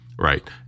right